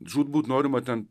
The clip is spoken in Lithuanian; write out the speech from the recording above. žūtbūt norima ten